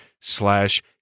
slash